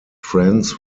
friends